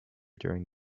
during